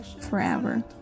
forever